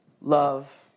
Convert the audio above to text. love